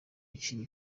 iciye